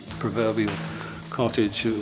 proverbial cottage,